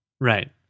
Right